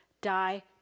die